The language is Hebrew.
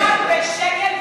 הוא לא ירד בשקל והוא לא ירד.